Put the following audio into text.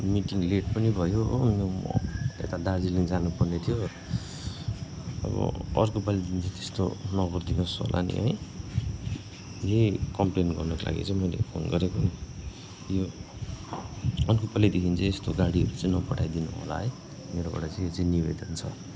meeting late पनि भयो हो यता दार्जिलिङ जानु पर्ने थियो अब अर्को पालीदेखि चाहिँ त्यस्तो नगरिदिनुहोस् होला नि है यही कम्प्लेन गर्नुको लागि चाहिँ मैले फोन गरेको नि अर्को पालीदेखि चाहिँ यस्तो गाडीहरू चाहिँ नपठाइ दिनुहोला है मेरोबाट चाहिँ यो चाहिँ निवेदन छ